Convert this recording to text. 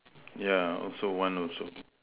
yeah also one also